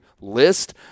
list